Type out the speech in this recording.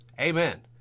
Amen